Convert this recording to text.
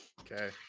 Okay